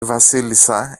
βασίλισσα